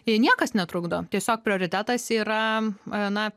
jai niekas netrukdo tiesiog prioritetas yra na